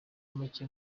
make